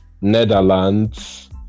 netherlands